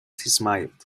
smiled